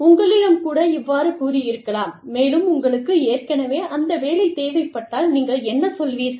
உங்களிடம் கூட இவ்வாறு கூறி இருக்கலாம் மேலும் உங்களுக்கு ஏற்கனவே அந்த வேலை தேவைப்பட்டால் நீங்கள் என்ன சொல்வீர்கள்